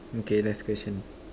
okay last question